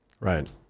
Right